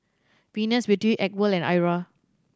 Venus Beauty Acwell and Iora